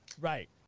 Right